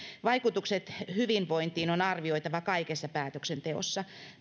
vaikutukset hyvinvointiin on arvioitava kaikessa päätöksenteossa